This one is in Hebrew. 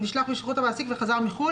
הוא נשלח בשליחות המעסיק וחזר מחוץ לארץ.